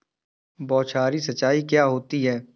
बौछारी सिंचाई क्या होती है?